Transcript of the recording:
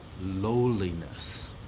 lowliness